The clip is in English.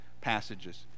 passages